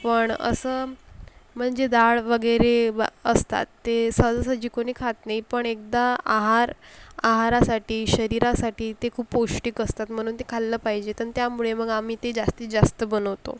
पण असं म्हणजे डाळ वगैरे वा असतात ते सहजासहजी कोणी खात नाही पण एकदा आहार आहारासाठी शरीरासाठी ते खूप पौष्टिक असतात म्हणून ते खाल्लं पाहिजे तन त्यामुळे मग आम्ही ते जास्तीत जास्त बनवतो